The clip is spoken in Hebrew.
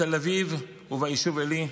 בתל אביב וביישוב עלי,